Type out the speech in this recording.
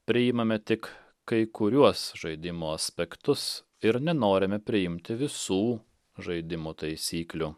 priimame tik kai kuriuos žaidimo aspektus ir nenorime priimti visų žaidimo taisyklių